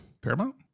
paramount